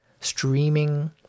streaming